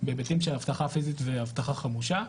בהיבטים של אבטחה פיזית ואבטחה חמושה.